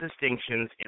distinctions